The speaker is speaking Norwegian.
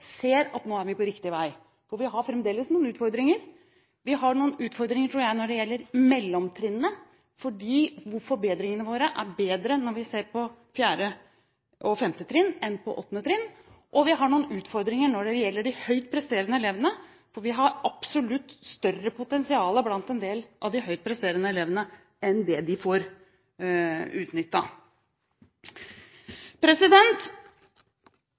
ser at vi nå er på riktig vei, for vi har fremdeles noen utfordringer. Jeg tror vi har noen utfordringer når det gjelder mellomtrinnet, fordi forbedringene våre er bedre når vi ser på 4. og 5. trinn enn på 8. trinn. Vi har også noen utfordringer når det gjelder de høyt presterende elevene, for vi har absolutt et større potensial blant en del av de høyt presterende elevene enn det vi får